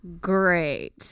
great